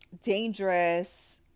dangerous